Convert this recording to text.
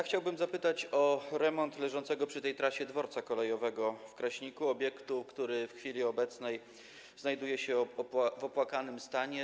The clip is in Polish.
Chciałbym zapytać o remont leżącego przy tej trasie dworca kolejowego w Kraśniku, obiektu, który w chwili obecnej znajduje się w opłakanym stanie.